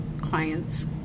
clients